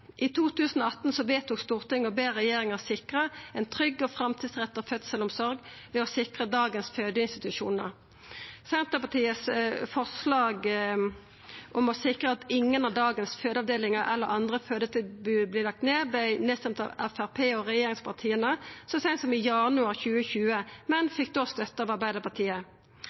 I 2018 vedtok Stortinget å be regjeringa sikra ei trygg og framtidsretta fødselsomsorg ved å sikra dagens fødeinstitusjonar. Forslaget frå Senterpartiet om å sikra at ingen av dagens fødeavdelingar eller andre fødetilbod vert lagde ned, vart stemt ned av Framstegspartiet og regjeringspartia så seint som i januar 2020, men fekk då støtte av Arbeidarpartiet.